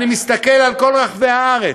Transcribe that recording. אני מסתכל על כל רחבי הארץ,